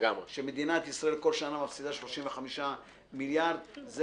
שמדינת ישראל כל שנה מפסידה 35 מיליארד זה